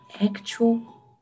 actual